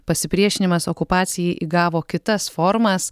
pasipriešinimas okupacijai įgavo kitas formas